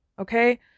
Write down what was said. Okay